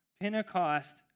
Pentecost